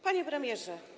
Panie Premierze!